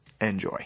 enjoy